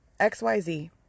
XYZ